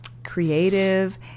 Creative